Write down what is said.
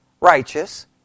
righteous